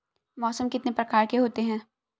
मौसम कितने प्रकार के होते हैं?